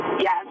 Yes